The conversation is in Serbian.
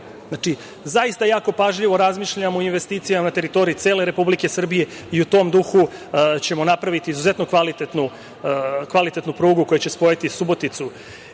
građen. Znači, zaista jako pažljivo razmišljamo o investicijama na teritoriji cele Republike Srbije i u tom duhu ćemo napraviti izuzetno kvalitetnu prugu koja će spojiti Suboticu